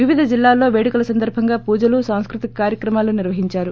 వివిధ జిల్లాల్లో పేడుకల సందర్బంగా పూజలు సాంస్కృతిక కార్యక్రమాలు నిర్వహించారు